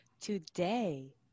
Today